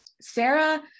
Sarah